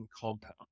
compound